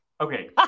Okay